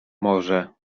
może